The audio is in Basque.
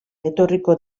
etorriko